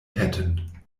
hätten